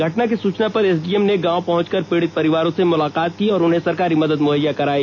घटना की सूचना पर एसडीएम ने गांव पहुंचर पीड़ित परिवारों से मुलाकात की ँऔर उन्हें सरकारी मदद मुहैया करवाया